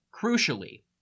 Crucially